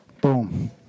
Boom